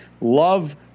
love